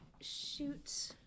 shoot